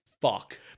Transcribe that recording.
fuck